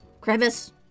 Crevice